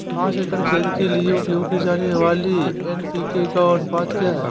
पाँच एकड़ खेत के लिए उपयोग की जाने वाली एन.पी.के का अनुपात क्या है?